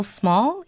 small